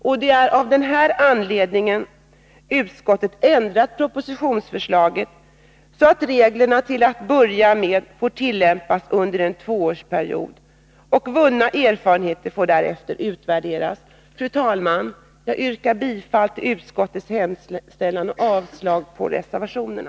Av denna anledning har också utskottet ändrat propositionsförslaget, så att reglerna till att börja med får tillämpas under en tvåårsperiod. Vunna erfarenheter får därefter utvärderas. Fru talman! Med det sagda ber jag att få yrka bifall till utskottets hemställan och alltså avslag på reservationerna.